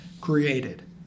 created